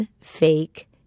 fake